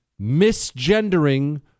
misgendering